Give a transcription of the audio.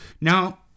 Now